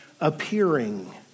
appearing